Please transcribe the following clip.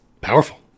powerful